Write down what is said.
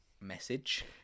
message